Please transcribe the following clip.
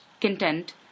content